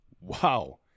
Wow